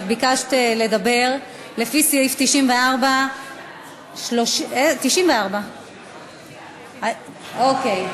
את ביקשת לדבר לפי סעיף 94. 34. 94. אוקיי.